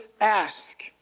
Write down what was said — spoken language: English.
ask